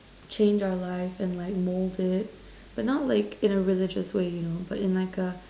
change our life and like mould it but not like in a religious way you know but in like a